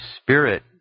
Spirit